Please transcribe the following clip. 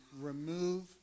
remove